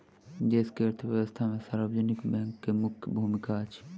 देश के अर्थव्यवस्था में सार्वजनिक बैंक के मुख्य भूमिका अछि